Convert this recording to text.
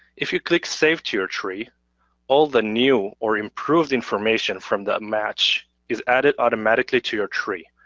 if you click save to your tree all the new or improved information from that match is added automatically to your tree.